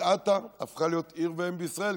קריית אתא הפכה להיות עיר ואם בישראל,